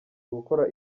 gukora